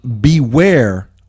Beware